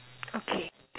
okay